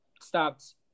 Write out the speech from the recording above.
stopped